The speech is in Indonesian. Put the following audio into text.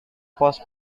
pos